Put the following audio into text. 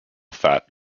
fat